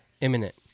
imminent